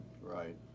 Right